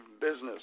business